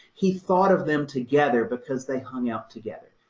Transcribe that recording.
he thought of them together, because they hung out together,